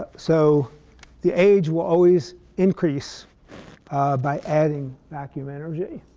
so the age will always increase by adding vacuum energy.